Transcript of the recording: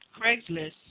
Craigslist